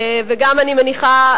וגם אני מניחה,